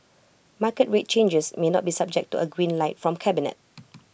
market rate changes may not be subject to A green light from cabinet